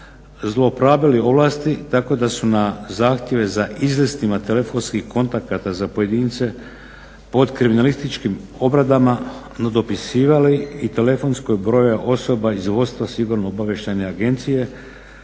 zlouporabili ovlasti tako da su na zahtjeve za izlistima telefonskih kontakata za pojedince pod kriminalističkim obradama nadopisivali i telefonskog broja osoba iz vodstva sigurno obavještajne agencije,